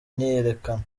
myiyerekano